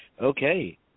Okay